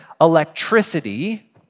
electricity